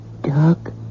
Doug